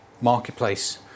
marketplace